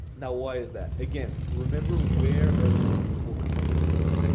now why is that? again remember where are these people coming from?